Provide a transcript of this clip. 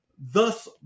thus